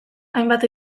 hainbat